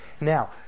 Now